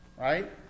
Right